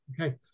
Okay